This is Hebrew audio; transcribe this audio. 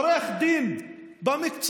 עורך דין במקצועו,